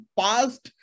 past